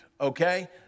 okay